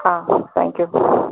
ஆ thank you